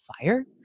fire